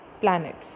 planets